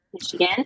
Michigan